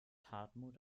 hartmut